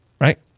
right